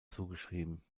zugeschrieben